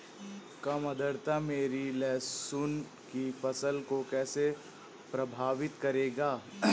कम आर्द्रता मेरी लहसुन की फसल को कैसे प्रभावित करेगा?